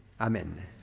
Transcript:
Amen